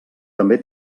també